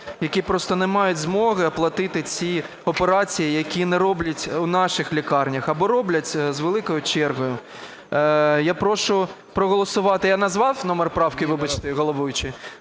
які просто не мають змоги оплатити ці операції, які не роблять в наших лікарнях або роблять з великою чергою. Я прошу проголосувати… Я назвав номер правки, вибачте, головуючий?